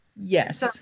Yes